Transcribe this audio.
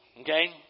okay